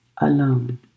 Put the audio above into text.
Alone